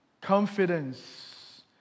confidence